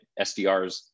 SDRs